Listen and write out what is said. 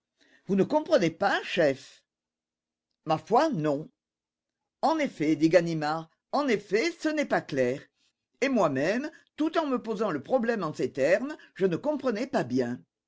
vous ne comprenez pas chef ma foi non en effet dit ganimard en effet ce n'est pas clair et moi-même tout en me posant le problème en ces termes je ne comprenais pas bien